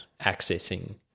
accessing